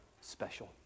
special